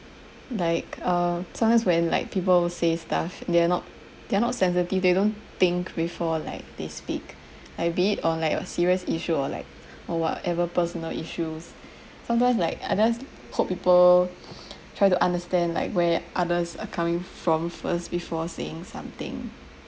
like uh sometimes when like people say stuff they're not they're not sensitive they don't think before like they speak like be it on like your serious issue or like whatever personal issues sometimes like I just hope people try to understand like where others are coming from first before saying something